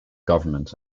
government